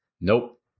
Nope